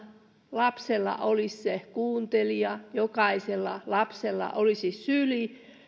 lapsella olisi se kuuntelija jokaisella lapsella olisi syli